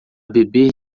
beber